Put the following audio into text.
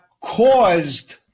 caused